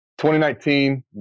2019